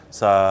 sa